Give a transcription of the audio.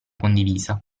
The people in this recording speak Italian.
condivisa